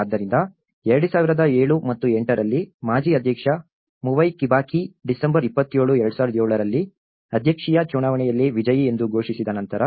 ಆದ್ದರಿಂದ 2007 ಮತ್ತು 2008 ರಲ್ಲಿ ಮಾಜಿ ಅಧ್ಯಕ್ಷ ಮೈವಾನ್ ಕಿಬಾಕಿ ಡಿಸೆಂಬರ್ 27 2007 ರಲ್ಲಿ ಅಧ್ಯಕ್ಷೀಯ ಚುನಾವಣೆಯಲ್ಲಿ ವಿಜಯಿ ಎಂದು ಘೋಷಿಸಿದ ನಂತರ